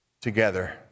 together